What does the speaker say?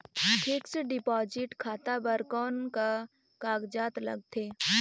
Fixed deposit खाता बर कौन का कागजात लगथे?